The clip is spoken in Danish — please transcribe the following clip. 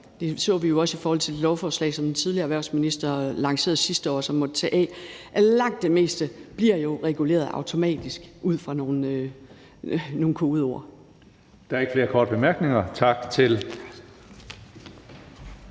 det så vi jo også i forhold til det lovforslag, som den tidligere erhvervsminister lancerede sidste år, som måtte tages af – bliver reguleret automatisk ud fra nogle kodeord. Kl. 16:40 Tredje næstformand (Karsten